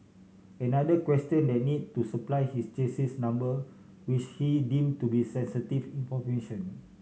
another questioned the need to supply his chassis number which he deem to be sensitive information